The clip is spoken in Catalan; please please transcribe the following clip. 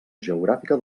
geogràfica